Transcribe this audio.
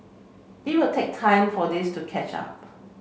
it will take time for this to catch up